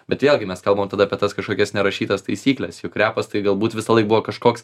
bet vėlgi mes kalbam tada apie tas kažkokias nerašytas taisykles juk repas tai galbūt visąlaik buvo kažkoks